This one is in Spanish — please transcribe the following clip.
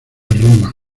roma